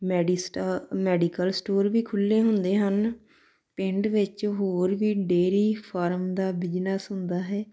ਮੈਡੀਸ ਸਟਾ medical store ਵੀ ਖੁੱਲੇ ਹੁੰਦੇ ਹਨ ਪਿੰਡ ਵਿੱਚ ਹੋਰ ਵੀ ਡੇਅਰੀ ਫਾਰਮ ਦਾ ਬਿਜਨਸ ਹੁੰਦਾ ਹੈ